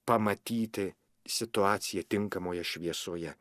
pamatyti situaciją tinkamoje šviesoje